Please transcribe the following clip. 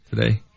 today